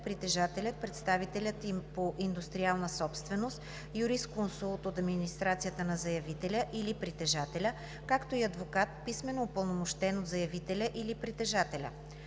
притежателят, представителят им по индустриална собственост, юрисконсулт от администрацията на заявителя или притежателя, както и адвокат, писмено упълномощен от заявителя или притежателя.